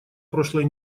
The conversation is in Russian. прошлой